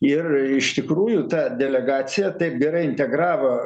ir iš tikrųjų ta delegacija taip gerai integravo